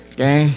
Okay